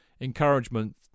encouragement